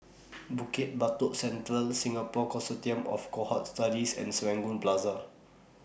Bukit Batok Central Singapore Consortium of Cohort Studies and Serangoon Plaza